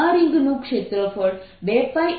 આ રીંગનું ક્ષેત્રફળ 2πr